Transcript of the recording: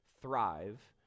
thrive